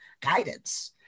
guidance